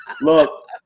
Look